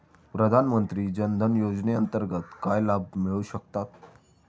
प्रधानमंत्री जनधन योजनेअंतर्गत काय लाभ मिळू शकतात?